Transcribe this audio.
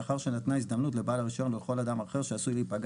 "..לאחר שניתנה ההזדמנות לבעל הרישיון ולכל אדם אחר שעשוי להיפגע